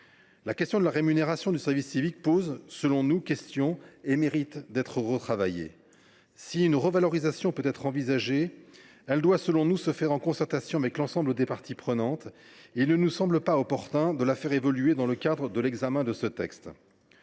La question de la rémunération du service civique pose question et mérite d’être retravaillée. Si une revalorisation peut être envisagée, celle ci doit se faire en concertation avec l’ensemble des parties prenantes. Il ne nous semble pas opportun de la faire évoluer dans le cadre de l’examen de ce texte.